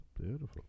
Beautiful